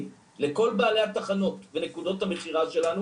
לכל בעלי התחנות ונקודות המכירה שלנו,